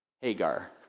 Hagar